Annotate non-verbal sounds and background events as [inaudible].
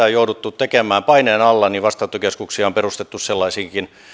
[unintelligible] on jouduttu tekemään paineen alla niin vastaanottokeskuksia on perustettu sellaisiinkin